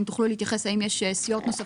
אם תוכלו להתייחס האם יש סיעות נוספות.